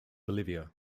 bolivia